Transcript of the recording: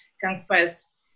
confess